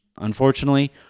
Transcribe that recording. unfortunately